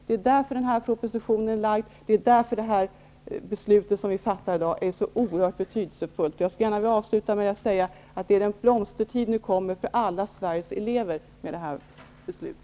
Det är därför som propositionen är lagd, och det är därför som det beslut vi fattar i dag är så oerhört betydelsefullt. Jag vill gärna sluta med att säga att den blomstertid nu kommer för alla Sveriges elever med detta beslut.